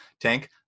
tank